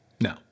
No